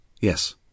Yes